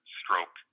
stroke